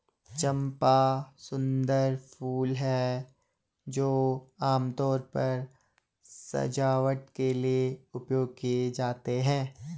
चंपा सुंदर फूल हैं जो आमतौर पर सजावट के लिए उपयोग किए जाते हैं